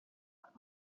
onde